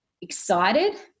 excited